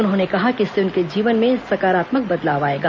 उन्होंने कहा कि इससे उनके जीवन में सकरात्मक बदलाव आएगा